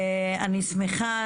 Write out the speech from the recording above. אני שמחה